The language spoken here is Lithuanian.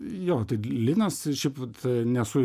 jo tai linas šiaip vat nesu